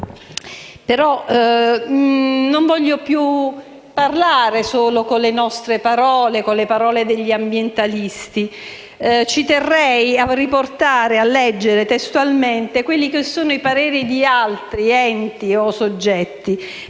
Non voglio più parlare solo con le nostre parole o con le parole degli ambientalisti. Ci terrei riportare e leggere testualmente anche i pareri di altri enti o soggetti,